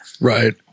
Right